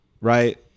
Right